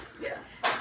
Yes